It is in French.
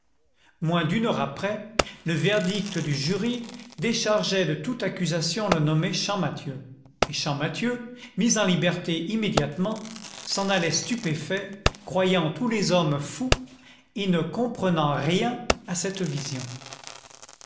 moins d'une heure après le verdict du jury déchargeait de toute accusation le nommé champmathieu et champmathieu mis en liberté immédiatement s'en allait stupéfait croyant tous les hommes fous et ne comprenant rien à cette vision